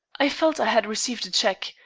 i felt i had received a check,